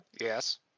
Yes